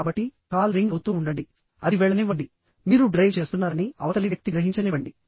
కాబట్టి call ring అవుతూ ఉండండి అది వెళ్లనివ్వండి మీరు డ్రైవ్ చేస్తున్నారని అవతలి వ్యక్తి గ్రహించనివ్వండి